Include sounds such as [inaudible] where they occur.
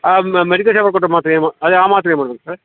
ಹಾಂ ಅದನ್ನ ಮೆಡಿಕಲ್ ಶಾಪಲ್ಲಿ ಕೊಟ್ಟಿದ್ದು ಮಾತ್ರೆ ಮ ಅದೇ ಆ ಮಾತ್ರೆನೆ [unintelligible]